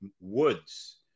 Woods